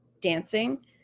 dancing